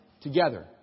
together